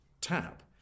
tap